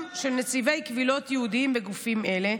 של נציבי קבילות ייעודיים בגופים אלה,